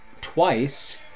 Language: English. twice